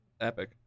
Epic